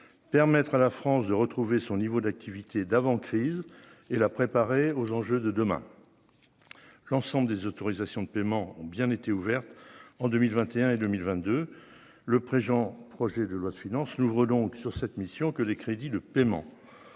permettre à la France de retrouver son niveau d'activité d'avant crise et la préparer aux enjeux de demain, l'ensemble des autorisations de paiement ont bien été ouverte en 2021 et 2022 le présent projet de loi de finances Louvre donc sur cette mission que les crédits de paiement